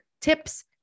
tips